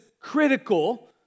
critical